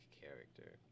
character